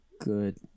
good